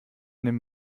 nimm